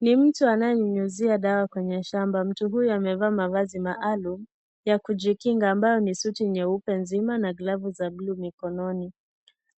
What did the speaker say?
Ni mtu anayenyunyizia dawa kwenye shamba mtu huyu amevaa mavazi maalum, ya kujikinga ambayo ni suti nyeupe nzima na glavu za bluu mkononi